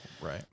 Right